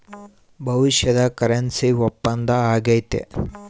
ಭವಿಷ್ಯದ ಕರೆನ್ಸಿ ಒಪ್ಪಂದ ಆಗೈತೆ